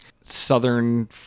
Southern